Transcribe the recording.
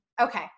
Okay